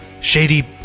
shady